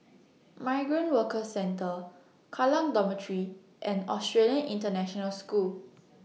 Migrant Workers Centre Kallang Dormitory and Australian International School